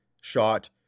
shot